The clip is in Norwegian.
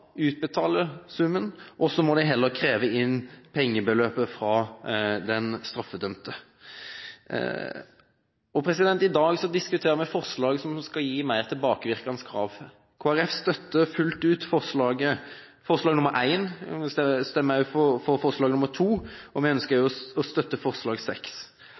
utbetale summen, og så får de heller kreve inn pengebeløpet fra den straffedømte. I dag diskuterer vi forslag som skal gi mer tilbakevirkende krav. Kristelig Folkeparti støtter fullt ut forslag nr. 1, vi stemmer også for forslag nr. 2, og vi ønsker å støtte forslag